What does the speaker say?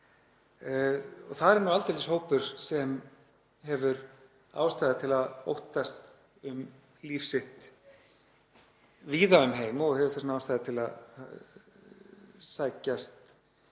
Það er nú aldeilis hópur sem hefur ástæðu til að óttast um líf sitt víða um heim og hefur þess vegna ástæðu til að sækjast